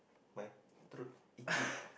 my throat itchy